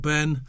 Ben